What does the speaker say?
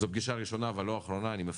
זו פגישה ראשונה אבל לא אחרונה, אני מבטיח,